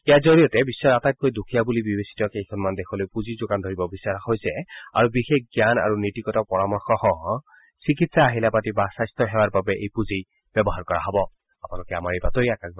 ইয়াৰ জৰিয়তে বিধৰ আটাইতকৈ দুখীয়া বুলি বিবেচিত কেইখনমান দেশলৈ পুঁজি যোগান ধৰিব বিচৰা হৈছে আৰু বিশেষ জান আৰু নীতিগত পৰামৰ্শসহ চিকিৎসা আহিলা পাতি বা স্বাস্থ্য সেৱাৰ বাবে এই পুঁজি ব্যৱহাৰ কৰা হ'ব